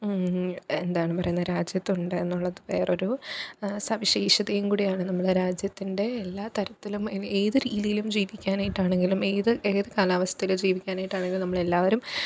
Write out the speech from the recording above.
എന്താണ് പറയുന്നത് രാജ്യത്തുണ്ട് എന്നുള്ളത് വേറൊരു സവിശേഷതയും കൂടിയാണ് നമ്മളുടെ രാജ്യത്തിൻ്റെ എല്ലാ തരത്തിലും ഏത് രീതിയിലും ജീവിക്കാനായിട്ടാണെങ്കിലും ഏത് ഏത് കാലാവസ്ഥയിലും ജീവിക്കാനായിട്ടാണെങ്കിലും നമ്മളെല്ലാവരും